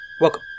Welcome